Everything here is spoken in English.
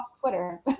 Twitter